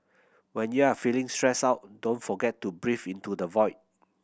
when you are feeling stressed out don't forget to breathe into the void